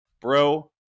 bro